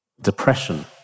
depression